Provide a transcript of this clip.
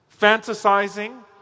fantasizing